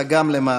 אלא גם למעשה,